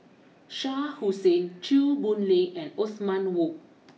Shah Hussain Chew Boon Lay and Othman Wok